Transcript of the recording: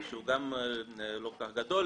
שהוא גם לא כל כך גדול,